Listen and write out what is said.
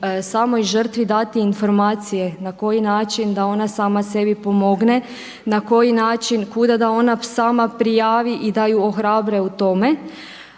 samoj žrtvi dati informacije na koji način da ona sama sebi pomogne na koji način, kuda da ona sama prijavi i da je ohrabre u tome.